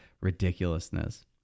ridiculousness